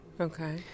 Okay